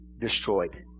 destroyed